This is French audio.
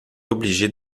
obligée